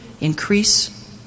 increase